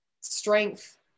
strength